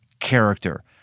character